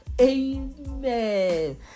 Amen